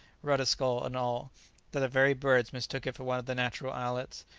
rudder-scull and all, that the very birds mistook it for one of the natural islets,